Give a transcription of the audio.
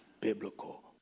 biblical